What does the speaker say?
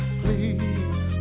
please